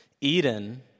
Eden